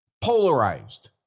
Polarized